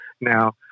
Now